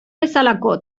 bezalako